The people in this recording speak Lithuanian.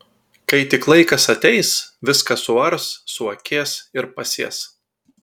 kai tik laikas ateis viską suars suakės ir pasės